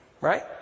Right